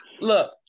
look